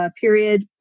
period